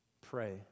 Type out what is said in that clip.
Pray